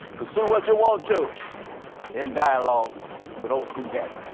pursue what you want to in dialogue with old school daddy.